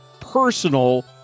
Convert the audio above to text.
personal